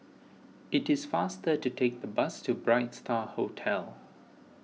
it is faster to take the bus to Bright Star Hotel